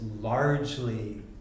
largely